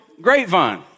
grapevine